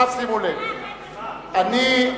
אני,